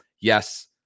Yes